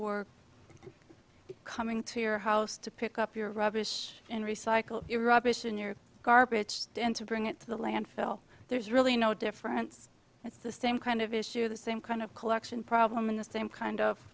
were coming to your house to pick up your rubbish and recycle iraq mission your garbage and to bring it to the landfill there's really no difference it's the same kind of issue the same kind of collection problem in the same kind of